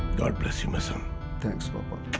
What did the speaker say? god bless you, my son. thanks,